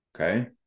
Okay